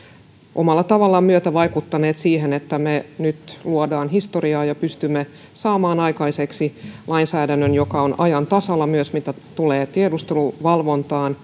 omalla tavallaan myötävaikuttaneet siihen että me nyt luomme historiaa ja pystymme saamaan aikaiseksi lainsäädännön joka on ajan tasalla myös mitä tulee tiedusteluvalvontaan ja